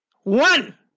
One